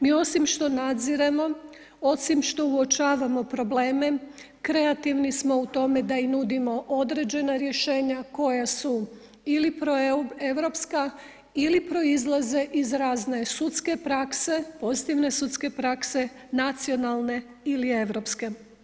Mi osim što nadziremo, osim što uočavamo probleme, kreativni smo u tome da i nudimo određena rješenja koja su ili proeuropska ili proizlaze iz razne sudske prakse, pozitivne sudske prakse, nacionalne ili europske.